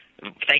Thank